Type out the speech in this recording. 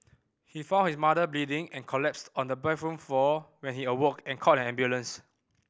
he found his mother bleeding and collapsed on the bathroom floor when he awoke and called an ambulance